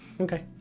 Okay